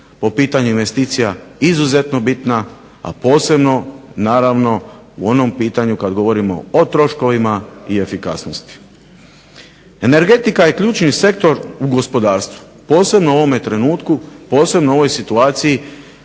po pitanju investicija izuzetno bitna, a posebno naravno u onom pitanju kada govorimo o troškovima i efikasnosti. Energetika je ključni sektor u gospodarstvu, posebno u ovom trenutku, posebno u ovoj situaciji